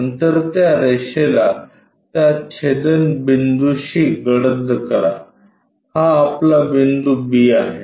नंतर त्या रेषेला त्या छेदनबिंदूशी गडद करा हा आपला बिंदू b आहे